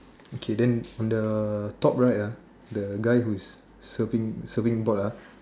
okay then on the top right ah the guy who is serving serving the ball ah